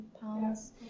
pounds